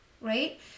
right